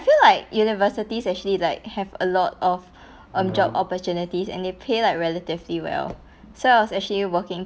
feel like universities actually like have a lot of um job opportunities and they pay like relatively well so I was actually working